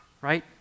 Right